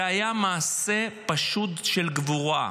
זה היה מעשה פשוט של גבורה.